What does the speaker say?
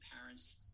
parents